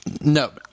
No